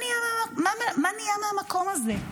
מה נהיה מהמקום הזה?